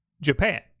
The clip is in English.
Japan